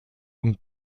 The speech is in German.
und